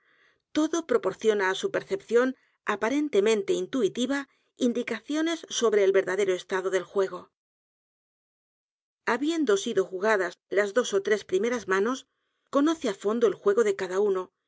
todo proporciona á su percepción aparentemente intuitiva indicaciones sobre el verdadero estado del j u e g o habiendo sido j u g a d a s las dos ó t r e s primeras manos conoce á fondo el juego de cada uno